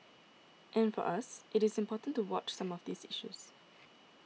and for us it is important to watch some of these issues